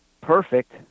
perfect